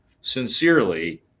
Sincerely